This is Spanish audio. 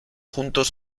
juntos